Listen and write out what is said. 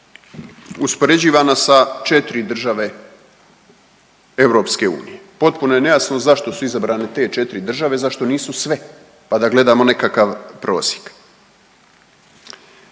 uspoređivana sa 4 države EU. Potpuno je nejasno zašto su izabrane te 4 države, zašto nisu sve, pa da gledamo nekakav prosjek.